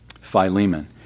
Philemon